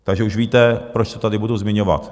Takže už víte, proč to tady budu zmiňovat.